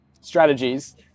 strategies